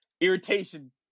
irritation